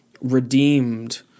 redeemed